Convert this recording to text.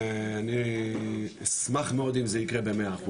אני אשמח מאוד אם זה יקרה ב-100%.